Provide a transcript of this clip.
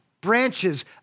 branches